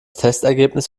testergebnis